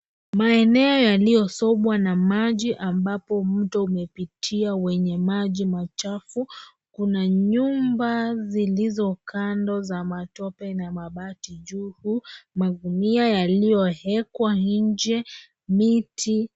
Maeneo yaliyosombwa na maji ambapo mto umepitia wenye maji machafu. Kuna nyumba zilizo kando za matope na mabati juu. Magunia yaliyowekwa nje, miti